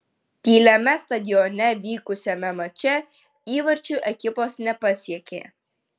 tyliame stadione vykusiame mače įvarčių ekipos nepasiekė